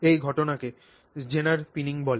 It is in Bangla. এই ঘটনাকে জেনার পিনিং বলে